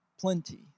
plenty